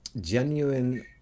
genuine